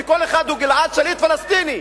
שכל אחד הוא גלעד שליט פלסטיני,